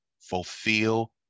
fulfill